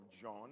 John